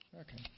Okay